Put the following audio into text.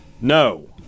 No